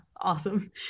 Awesome